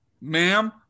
ma'am